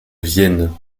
vienne